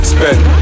Spend